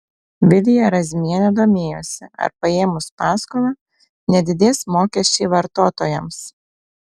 vilija razmienė domėjosi ar paėmus paskolą nedidės mokesčiai vartotojams